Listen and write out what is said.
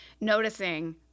noticing